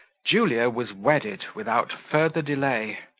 julia was wedded without further delay,